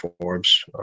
forbes